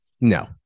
No